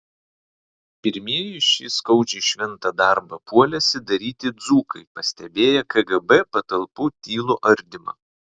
pirmieji šį skaudžiai šventą darbą puolėsi daryti dzūkai pastebėję kgb patalpų tylų ardymą